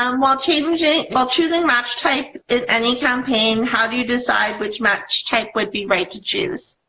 um while changing while choosing match type in any campaign how do you decide which match type would be right to choose.